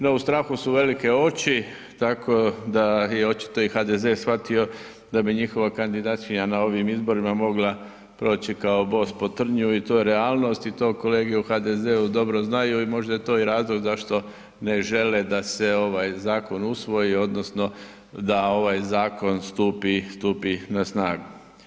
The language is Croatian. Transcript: No u strahu su velike oči tako da je očito i HDZ shvatio da bi njihova kandidatkinja na ovim izborima mogla proći kao bos po trnju i to je realnost i to kolege u HDZ-u dobro znaju i možda je to i razlog zašto ne žele da se ovaj zakon usvoji odnosno da ovaj zakon stupi na snagu.